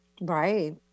Right